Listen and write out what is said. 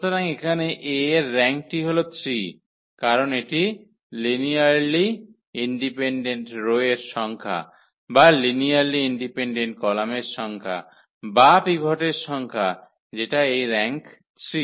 সুতরাং এখানে 𝐴 এর র্যাঙ্কটি হল 3 কারণ এটি লিনিয়ারলি ইন্ডিপেন্ডেন্ট রো এর সংখ্যা বা লিনিয়ারলি ইন্ডিপেন্ডেন্ট কলামের সংখ্যা বা পিভটের সংখ্যা যেটা এই র্যাঙ্ক 3